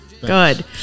Good